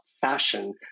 fashion